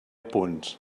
punts